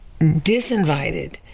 disinvited